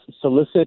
solicit